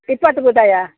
ಇಪ್ಪತ್ತು ಬೂತಾಯಾ